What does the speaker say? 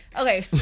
okay